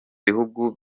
bihugu